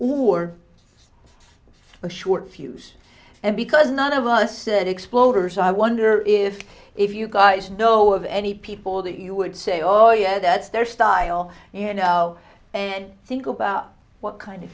who're a short fuse and because none of us that exploders i wonder is if you guys know of any people that you would say oh yeah that's their style you know and think about what kind